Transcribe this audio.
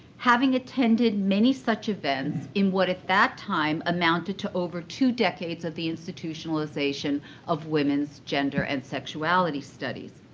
having attended many such events in what at that time amounted to over two decades of the institutionalization of women's gender and sexuality studies.